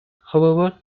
however